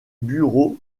bureaux